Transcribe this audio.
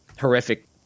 horrific